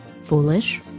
Foolish